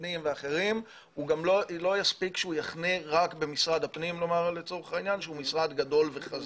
פנים ואחרים לא מספיק שהוא יחנה רק במשרד הפנים שהוא משרד גדול וחזק.